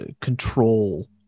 control